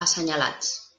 assenyalats